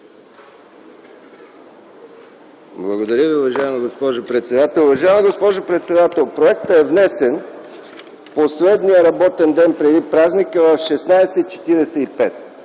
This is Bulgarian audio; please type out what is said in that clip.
Благодаря Ви, уважаема госпожо председател. Уважаема госпожо председател, проектът е внесен последния работен ден – преди празника, в 16,45